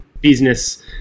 business